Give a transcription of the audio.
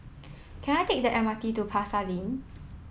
can I take the M R T to Pasar Lane